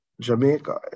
Jamaica